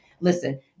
Listen